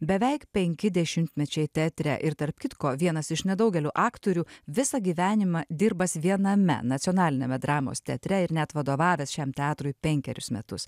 beveik penki dešimtmečiai teatre ir tarp kitko vienas iš nedaugelių aktorių visą gyvenimą dirbąs viename nacionaliniame dramos teatre ir net vadovavęs šiam teatrui penkerius metus